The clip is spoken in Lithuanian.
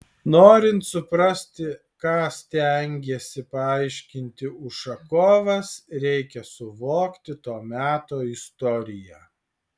norint suprasti ką stengėsi paaiškinti ušakovas reikia suvokti to meto istoriją